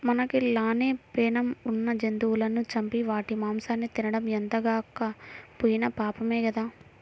మనకి లానే పేణం ఉన్న జంతువులను చంపి వాటి మాంసాన్ని తినడం ఎంతగాకపోయినా పాపమే గదా